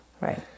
right